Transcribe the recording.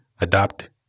adopt